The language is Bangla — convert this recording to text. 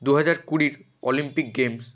দুহাজার কুড়ির অলিম্পিক গেমস